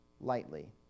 lightly